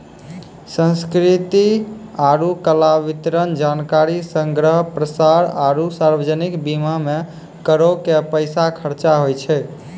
संस्कृति आरु कला, वितरण, जानकारी संग्रह, प्रसार आरु सार्वजनिक बीमा मे करो के पैसा खर्चा होय छै